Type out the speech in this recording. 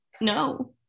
No